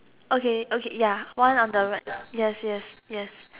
okay okay ya one on the right yes yes yes